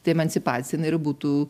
tai emancipacija na ir būtų